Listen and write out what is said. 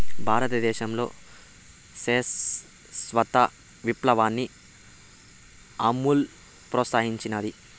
భారతదేశంలో శ్వేత విప్లవాన్ని అమూల్ ప్రోత్సహించినాది